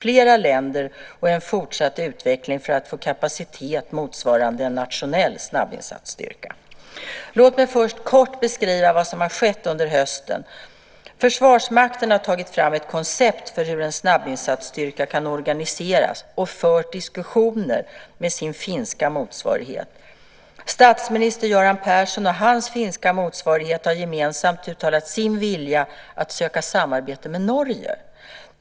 Herr talman! Allan Widman har ställt två frågor om utvecklingen av den snabbinsatsstyrka som regeringen beskriver i försvarspropositionen. Först frågar han vilka åtgärder jag avser att vidta för att styrkan ska kunna användas på det sätt som EU avser. Sedan frågar han vad jag ska göra för att undanröja eventuella motsatsförhållanden mellan utvecklingen av en snabbinsatsstyrka med flera länder och en fortsatt utveckling för att få kapacitet motsvarande en nationell snabbinsatsstyrka. Låt mig först kort beskriva vad som har skett under hösten. Försvarsmakten har tagit fram ett koncept för hur en snabbinsatsstyrka kan organiseras och fört diskussioner med sin finska motsvarighet. Statsminister Göran Persson och hans finska motsvarighet har gemensamt uttalat sin vilja att söka samarbete med Norge.